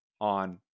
on